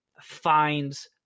finds